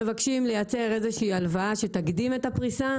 אנחנו מבקשים הלוואה שתקדים את הפריסה.